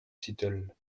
seattle